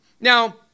Now